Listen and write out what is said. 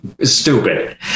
stupid